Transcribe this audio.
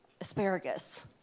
asparagus